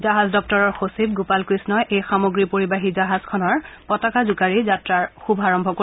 জাহাজ দপ্তৰৰ সচিব গোপালকৃষ্ণই এই সামগ্ৰী পৰিবাহী জাহাজখনৰ পতাকা জোকাৰি যাত্ৰাৰ শুভাৰম্ভ কৰিব